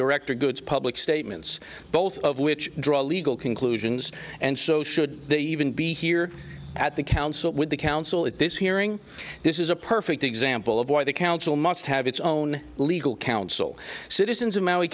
director goods public statements both of which draw a legal conclusions and so should they even be here at the council with the council at this hearing this is a perfect example of why the council must have its own legal council citizens of maui